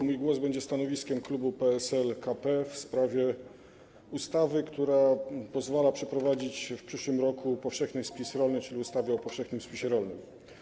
Mój głos będzie stanowiskiem klubu PSL-KP w sprawie ustawy, która pozwala przeprowadzić w przyszłym roku powszechny spis rolny, czyli ustawy o powszechnym spisie rolnym.